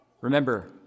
Remember